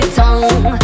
tongue